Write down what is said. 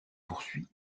poursuit